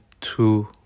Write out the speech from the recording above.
two